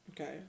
Okay